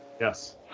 Yes